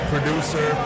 Producer